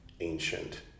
ancient